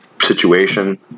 situation